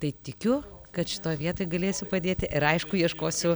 tai tikiu kad šitoj vietoj galėsiu padėti ir aišku ieškosiu